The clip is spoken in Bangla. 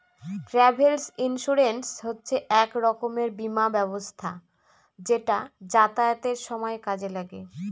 ট্রাভেল ইন্সুরেন্স হচ্ছে এক রকমের বীমা ব্যবস্থা যেটা যাতায়াতের সময় কাজে লাগে